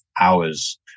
hours